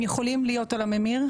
הם יכולים להיות על הממיר,